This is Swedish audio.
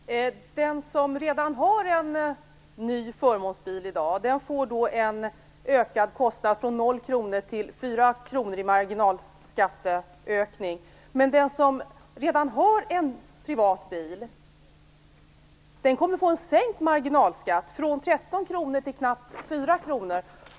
Fru talman! Den som i dag redan har en ny förmånsbil får en ökad kostnad, från 0 kr till 4 kr i marginalskatteökning. Men den som redan har en privat bil kommer att få en sänkt marginalskatt, från 13 kr till knappt 4 kr.